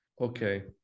Okay